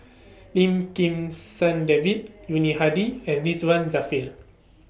Lim Kim San David Yuni Hadi and Ridzwan Dzafir